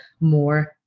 more